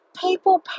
People